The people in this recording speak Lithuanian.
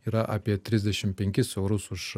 yra apie trisdešimt penkis eurus už